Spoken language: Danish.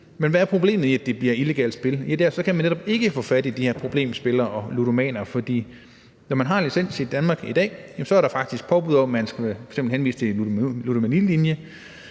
Men hvad er problemet i, at det bliver illegalt spil? Jo, så kan man netop ikke få fat i de her spillere, der har problemer, ludomanerne. Når man har en licens i Danmark i dag, er der faktisk påbud om, at man f.eks. skal henvise til en ludomanilinje.